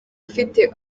ufite